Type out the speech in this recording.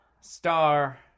star